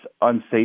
unsafe